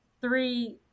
Three